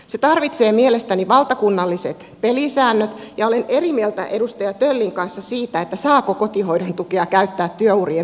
se tarvitsee mielestäni valtakunnalliset pelisäännöt ja olen eri mieltä edustaja töllin kanssa siitä saako kotihoidon tukea käyttää työurien pidentämiseen